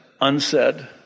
unsaid